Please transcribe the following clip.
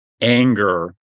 anger